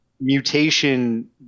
mutation